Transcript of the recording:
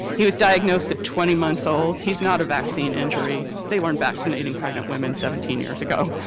he was diagnosed at twenty months old. he's not a vaccine injury, they weren't vaccinating pregnant women seventeen years ago,